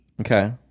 Okay